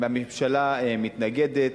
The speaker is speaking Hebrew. הממשלה מתנגדת.